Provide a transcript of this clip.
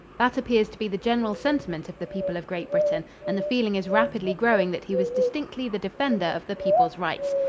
that appears to be the general sentiment of the people of great britain, and the feeling is rapidly growing that he was distinctly the defender of the people's rights.